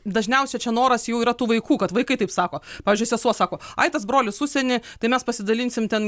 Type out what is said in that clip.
dažniausia čia noras jau yra tų vaikų kad vaikai taip sako pavyzdžiui sesuo sako ai tas brolis užsieny tai mes pasidalinsim ten